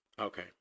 Okay